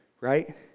Right